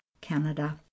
Canada